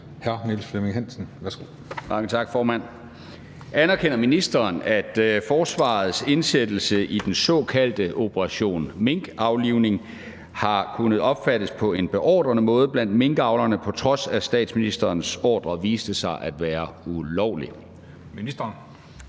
16:06 Niels Flemming Hansen (KF): Mange tak, formand. Anerkender ministeren, at forsvarets indsættelse i den såkaldte operation minkaflivning har kunnet opfattes på en beordrende måde blandt minkavlerne, på trods af at statsministerens ordre viste sig at være ulovlig? Kl.